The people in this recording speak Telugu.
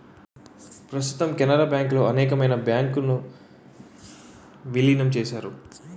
ప్రస్తుతం కెనరా బ్యాంకులో అనేకమైన బ్యాంకు ను విలీనం చేశారు